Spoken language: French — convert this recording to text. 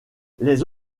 les